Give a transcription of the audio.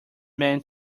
man